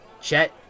Chet